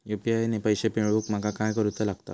UPI ने पैशे मिळवूक माका काय करूचा लागात?